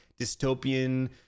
dystopian